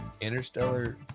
Interstellar